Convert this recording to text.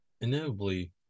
inevitably